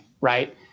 right